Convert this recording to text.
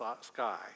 sky